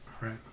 Right